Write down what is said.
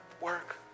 work